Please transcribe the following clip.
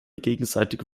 gegenseitige